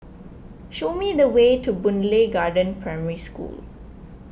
show me the way to Boon Lay Garden Primary School